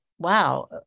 wow